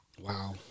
Wow